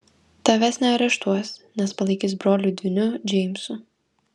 tavęs neareštuos nes palaikys broliu dvyniu džeimsu